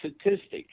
statistics